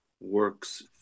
works